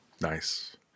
Nice